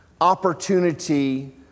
opportunity